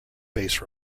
base